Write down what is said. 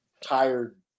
tired